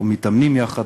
אנחנו מתאמנים יחד,